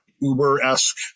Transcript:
Uber-esque